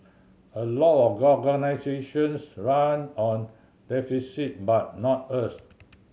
a lot of organisations run on deficit but not us